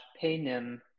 paynim